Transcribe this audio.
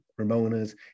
ramonas